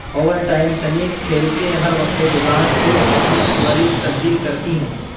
over time سمیت کھیل کے ہر وقفے کے بعد ٹیم اپنی سوئری تبدیل کرتی ہیں